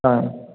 হয়